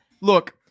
Look